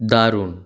দারুণ